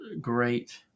great